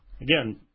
again